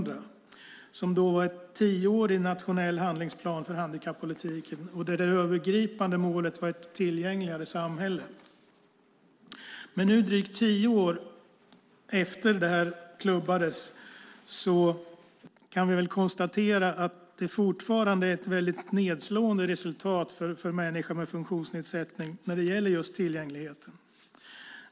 Det var då en tioårig nationell handlingsplan för handikappolitiken, där det övergripande målet var ett tillgängligare samhälle. Nu, drygt tio år efter att detta klubbades, kan vi väl dock konstatera att det fortfarande är ett väldigt nedslående resultat för människor med funktionsnedsättning när det gäller just tillgängligheten.